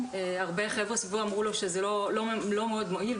הרבה חבר'ה סביבו אמרו לו שזה לא מאוד מועיל,